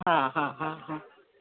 हा हा हा हा